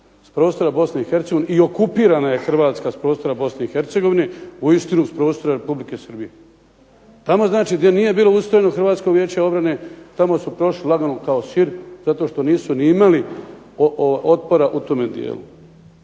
prostora Bosne i Hercegovine i okupirana je Hrvatska s prostora Bosne i Hercegovine, uistinu s prostora Republike Srbije. Tamo znači gdje nije bilo ustrojeno Hrvatsko vijeće obrane tamo su prošli lagano kao sir zato što nisu ni imali otpora u tome dijelu.